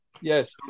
Yes